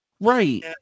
right